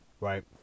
Right